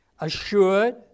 assured